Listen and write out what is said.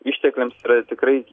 ištekliams yra tikrai